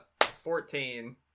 fourteen